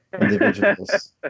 individuals